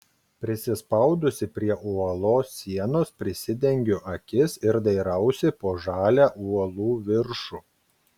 prisispaudusi prie uolos sienos prisidengiu akis ir dairausi po žalią uolų viršų